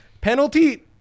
Penalty